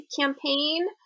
campaign